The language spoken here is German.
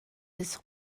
des